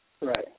Right